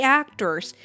actors